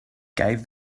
gave